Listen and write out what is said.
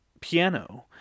piano